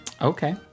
okay